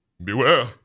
Beware